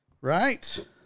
Right